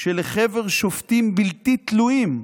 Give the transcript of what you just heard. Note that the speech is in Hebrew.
שלחבר שופטים בלתי תלויים",